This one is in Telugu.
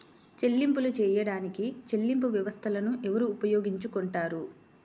చెల్లింపులు చేయడానికి చెల్లింపు వ్యవస్థలను ఎవరు ఉపయోగించుకొంటారు?